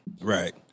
Right